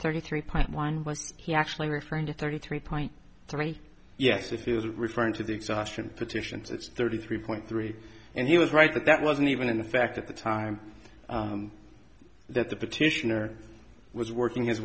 thirty three point one was he actually referring to thirty three point three yes if you are referring to the exhaustion petitions it's thirty three point three and he was right that that wasn't even in the fact at the time that the petitioner was working h